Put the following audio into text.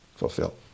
fulfill